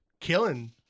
Killing